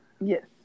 Yes